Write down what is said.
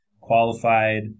qualified